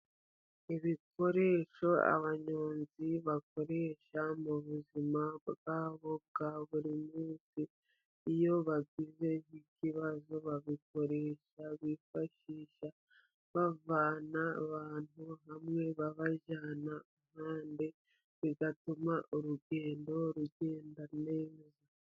Ibikoresho abanyonzi bakoresha mu buzima bwabo bwa buri munsi, iyo bagize ikibazo babikoresha bifashisha, bavana abantu hamwe babajyana ahandi, bigatuma urugendo rugenda neza.